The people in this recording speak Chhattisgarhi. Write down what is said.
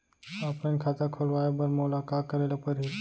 ऑफलाइन खाता खोलवाय बर मोला का करे ल परही?